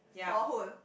for who